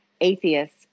atheists